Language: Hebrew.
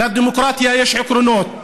לדמוקרטיה יש עקרונות,